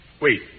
Wait